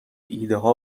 ایدهها